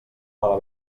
mala